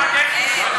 מה הקשר, ?